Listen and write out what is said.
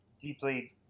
deeply